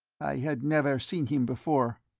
i had never seen him before.